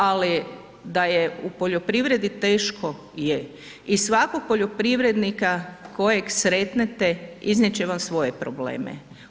Ali da je u poljoprivredi teško je i svakog poljoprivrednika kojeg sretnete iznijeti će vam svoje probleme.